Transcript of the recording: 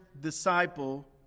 disciple